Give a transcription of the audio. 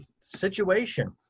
situation